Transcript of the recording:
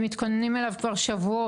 הם מתכוננים אליו כבר שבועות,